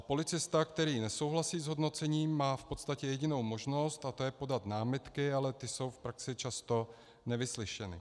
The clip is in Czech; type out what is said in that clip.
Policista, který nesouhlasí s hodnocením, má v podstatě jedinou možnost, a to je podat námitky, ale ty jsou v praxi často nevyslyšeny.